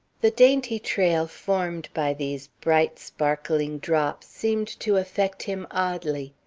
the dainty trail formed by these bright sparkling drops seemed to affect him oddly.